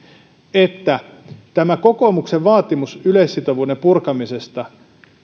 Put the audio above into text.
että kun tähän kokoomuksen vaatimukseen yleissitovuuden purkamisesta